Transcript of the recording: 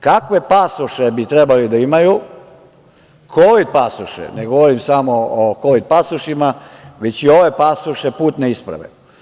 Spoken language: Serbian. Kakve pasoše bi trebali da imaju, kovid pasoše, ne govorim samo o kovid pasošima, već i ove pasoše, putne isprave?